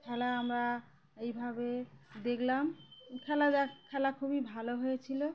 খেলা আমরা এইভাবে দেখলাম খেলা য খেলা খুবই ভালো হয়েছিলো